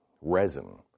resin